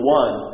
one